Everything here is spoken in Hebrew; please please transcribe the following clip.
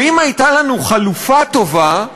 ואם הייתה לנו חלופה טובה,